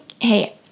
hey